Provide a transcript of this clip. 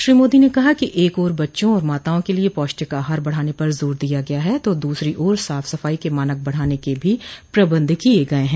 श्री मोदी ने कहा कि एक ओर बच्चों और माताओं के लिए पौष्टिक आहार बढाने पर जोर दिया गया है तो दूसरी ओर साफ सफाई के मानक बढ़ाने के भी प्रबन्ध किये गये हैं